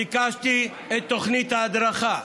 ביקשתי את תוכנית ההדרכה.